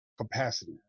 capacity